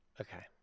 Okay